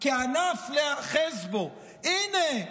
כענף להיאחז בו, הינה,